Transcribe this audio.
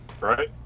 Right